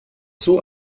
zoo